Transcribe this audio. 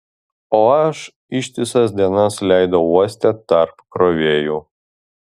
o aš ištisas dienas leidau uoste tarp krovėjų